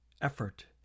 effort